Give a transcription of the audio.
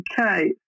Okay